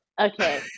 okay